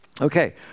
Okay